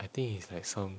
I think it's like some